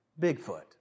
Bigfoot